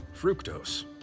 Fructose